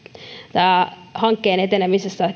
hankkeen etenemisessä